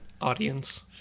audience